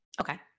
Okay